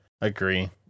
agree